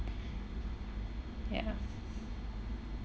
ya